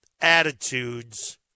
attitudes